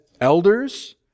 elders